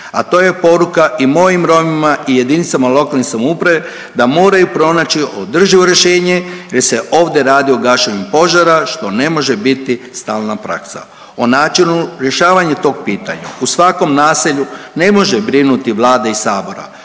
a to je poruka i mojim Romima i jedinicama lokalne samouprave da moraju pronaći održivo rješenje jer se ovdje radi o gašenju požara što ne može biti stalna praksa. O načinu rješavanja tog pitanja u svakom naselju ne može brinuti Vlada i Sabor,